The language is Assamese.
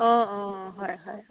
অঁ অঁ হয় হয়